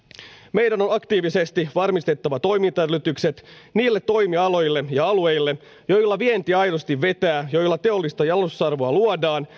meidän on aktiivisesti varmistettava toimintaedellytykset niille toimialoille ja alueille joilla vienti aidosti vetää joilla teollista jalostusarvoa luodaan